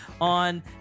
on